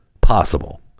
possible